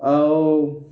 ଆଉ